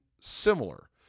similar